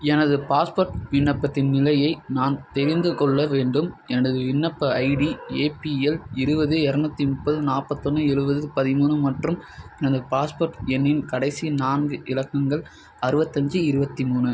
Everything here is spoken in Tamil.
எனது பாஸ்போர்ட் விண்ணப்பத்தின் நிலையை நான் தெரிந்து கொள்ள வேண்டும் எனது விண்ணப்ப ஐடி ஏபிஎல் இருபது இரநூத்தி முப்பது நாற்பத்தொன்னு எழுவது பதிமூணு மற்றும் எனது பாஸ்போர்ட் எண்ணின் கடைசி நான்கு இலக்கங்கள் அறுவத்தஞ்சு இருபத்தி மூணு